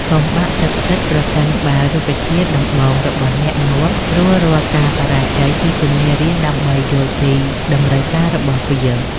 កុំបាក់ទឹកចិត្តប្រសិនបើរុក្ខជាតិដំបូងរបស់អ្នកងាប់ ព្រោះរាល់ការបរាជ័យគឺជាមេរៀនដើម្បីយល់ពីតម្រូវការរបស់វា។